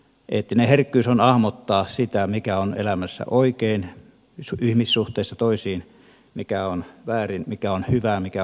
eettinen herkkyys on kykyä hahmottaa sitä mikä on elämässä oikein ihmissuhteissa suhteessa toisiin mikä on väärin mikä on hyvää mikä on pahaa